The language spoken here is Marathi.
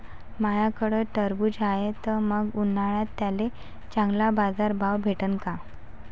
माह्याकडं टरबूज हाये त मंग उन्हाळ्यात त्याले चांगला बाजार भाव भेटन का?